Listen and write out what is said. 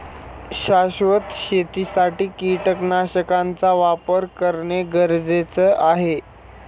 शाश्वत शेतीसाठी कीटकनाशकांचा वापर करणे गरजेचे आहे